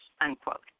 unquote